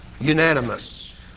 Unanimous